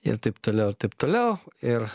ir taip toliau ir taip toliau ir